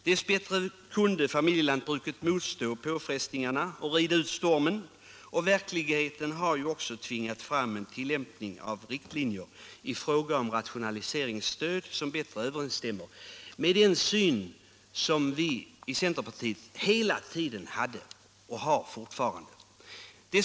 Dess bättre kunde familjelantbruket motstå påfrestningarna och rida ut stormen, och verkligheten har också tvingat fram en tillämpning av riktlinjer för rationaliseringsstöd som bättre överensstämmer med den syn som vi i centerpartiet hela tiden hade och fortfarande har.